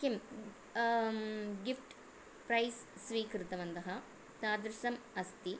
किं gift prize स्वीकृतवन्तः तादृशम् अस्ति